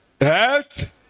health